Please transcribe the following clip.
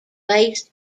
based